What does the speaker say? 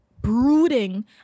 brooding